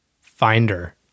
finder